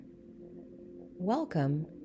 welcome